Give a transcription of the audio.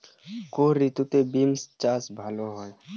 কোন ঋতুতে বিন্স চাষ ভালো হয়?